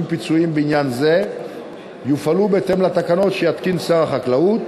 פיצויים בעניין זה יופעלו בהתאם לתקנות שיתקין שר החקלאות,